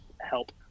help